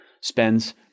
spends